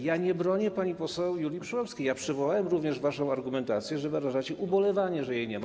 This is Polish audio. Ja nie bronię pani poseł Juli Przyłębskiej, ja przywołałem również waszą argumentację, że wyrażacie ubolewanie, że jej nie ma.